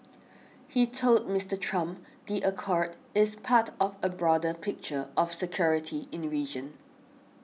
he told Mister Trump the accord is part of a broader picture of security in region